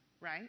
right